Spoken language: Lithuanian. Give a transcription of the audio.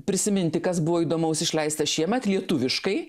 prisiminti kas buvo įdomaus išleista šiemet lietuviškai